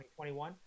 2021